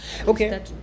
okay